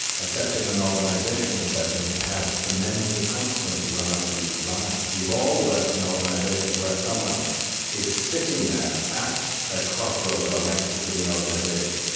except, in an organizational setting, it has tremendous consequences on other people's lives. we've all worked in organizations where someone is sitting there at a crossroads or nexus in the organization.